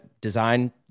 design